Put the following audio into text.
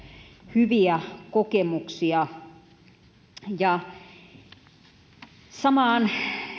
hyviä kokemuksia samaan